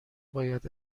باید